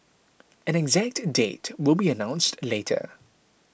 an exact date will be announced later